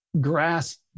grasp